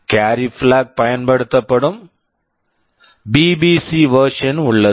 carry carry flag flag பயன்படுத்தப்படும் BBC BBC version version உள்ளது